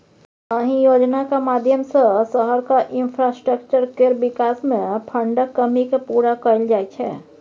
अहि योजनाक माध्यमसँ शहरक इंफ्रास्ट्रक्चर केर बिकास मे फंडक कमी केँ पुरा कएल जाइ छै